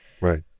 Right